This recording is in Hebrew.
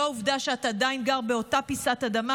לא העובדה שאתה עדיין גר באותה פיסת אדמה